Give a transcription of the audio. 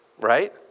right